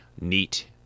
Neat